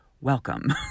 welcome